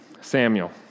Samuel